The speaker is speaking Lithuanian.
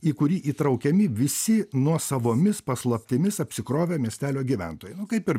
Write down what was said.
į kurį įtraukiami visi nuosavomis paslaptimis apsikrovę miestelio gyventojai nu kaip ir